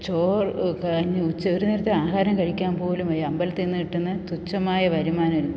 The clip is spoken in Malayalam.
ചോറ് കാഞ്ഞ് ഉച്ച ഒരു നേരത്തെ ആഹാരം കഴിക്കാം പോലും വയ്യ അമ്പലത്തിൽ നിന്ന് കിട്ടുന്ന തുച്ഛമായ വരുമാനവിൽ